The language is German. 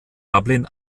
dublin